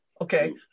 Okay